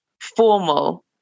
formal